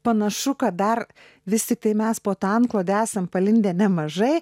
panašu kad dar visi tai mes po tanko esam palindę nemažai